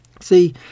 See